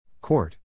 Court